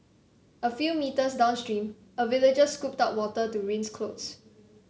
a few metres downstream a villager scooped up water to rinse clothes